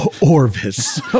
orvis